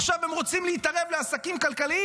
עכשיו הם רוצים להתערב לעסקים כלכליים